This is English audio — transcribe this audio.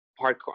hardcore